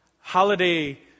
holiday